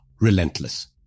relentless